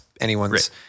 anyone's